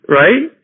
right